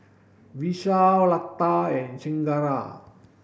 Vishal Lata and Chengara